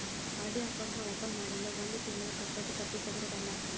RD account ನಾ open ಮಾಡಿಂದ ಒಂದ್ ತಿಂಗಳ ಕಟ್ಟೋದು ತಪ್ಪಿತಂದ್ರ ದಂಡಾ ಹಾಕಲ್ಲ